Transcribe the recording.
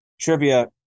trivia